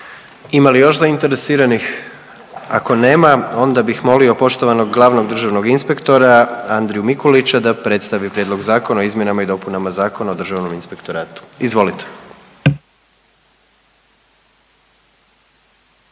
Ima li još zainteresiranih? Ako nema onda bih molio poštovanog glavnog državnog inspektora Andriju Mikulića da predstavi Prijedlog Zakona o izmjenama i dopunama Zakona o Državnom inspektoratu. Izvolite.